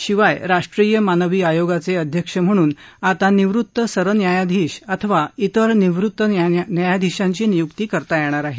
शिवाय राष्ट्रीय मानवी आयोगाचे अध्यक्ष म्हणून आता निवृत्त सरन्यायाधीश अथवा इतर निवृत्त न्यायाधीशांची नियुक्ती करता येणार आहे